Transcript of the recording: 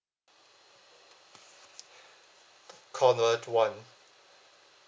call one